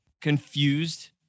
confused